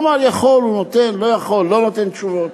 כלומר, יכול, הוא נותן, לא יכול, לא נותן תשובות.